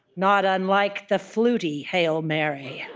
not unlike the flutie hail mary. and